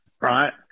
right